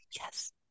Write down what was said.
Yes